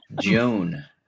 Joan